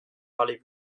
parlez